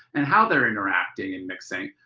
and how they're interacting and mixing.